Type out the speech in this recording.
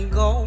go